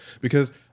Because-